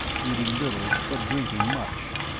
eating little but drinking much.